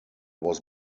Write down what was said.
was